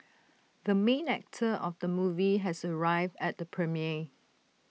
the main actor of the movie has arrived at the premiere